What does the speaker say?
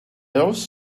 else